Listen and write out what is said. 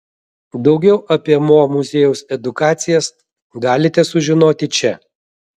daugiau apie mo muziejaus edukacijas galite sužinoti čia